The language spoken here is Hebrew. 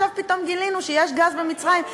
עכשיו פתאום גילינו שיש גז במצרים,